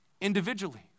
individually